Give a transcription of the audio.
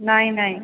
ନାହିଁ ନାହିଁ